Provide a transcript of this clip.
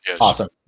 awesome